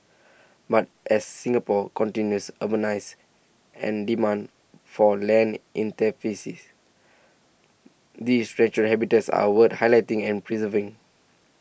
but as Singapore continues urbanise and demand for land intensifies these natural habitats are worth highlighting and preserving